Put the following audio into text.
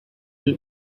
will